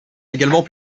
également